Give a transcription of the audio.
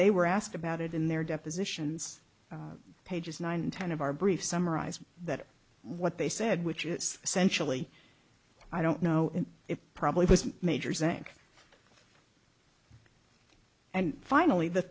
they were asked about it in their depositions pages nine and ten of our brief summarized that what they said which is essentially i don't know and it probably wasn't major zank and finally the